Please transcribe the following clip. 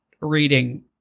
reading